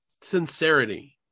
sincerity